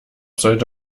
sollte